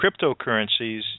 cryptocurrencies